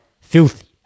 filthy